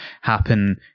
happen